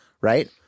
right